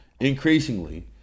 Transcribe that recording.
increasingly